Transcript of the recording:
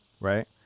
right